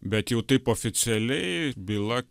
bet jau taip oficialiai byla